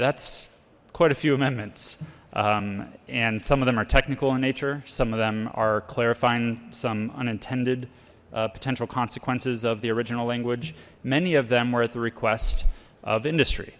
that's quite a few amendments and some of them are technical in nature some of them are clarifying some unintended potential consequences of the original language many of them were at the request of industry